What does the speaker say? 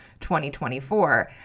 2024